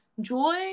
joy